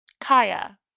Kaya